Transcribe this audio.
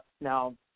now